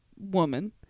woman